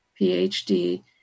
PhD